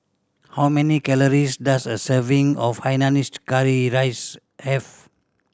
how many calories does a serving of hainanese curry rice have